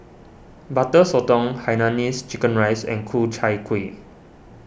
Butter Sotong Hainanese Chicken Rice and Ku Chai Kuih